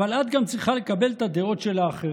אבל את גם צריכה לקבל את הדעות של האחרים.